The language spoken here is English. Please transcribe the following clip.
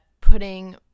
putting